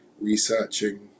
researching